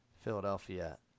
Philadelphia